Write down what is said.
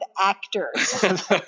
actors